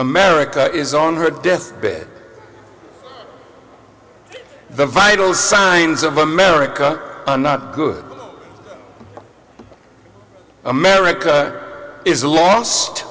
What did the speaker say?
america is on her death bed the vital signs of america not good america is lost